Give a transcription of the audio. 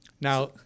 Now